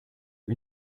une